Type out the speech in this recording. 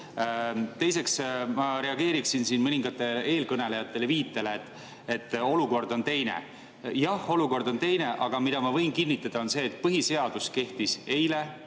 Teiseks, ma reageeriksin siin mõningate eelkõnelejate viitele, et olukord on teine. Jah, olukord on teine, aga ma võin kinnitada, et põhiseadus kehtis eile,